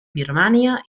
birmània